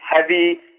heavy